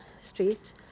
street